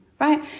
right